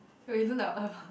wait you look like